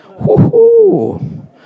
Woohoo